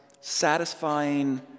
satisfying